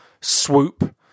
swoop